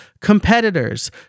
competitors